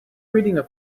reading